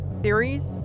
Series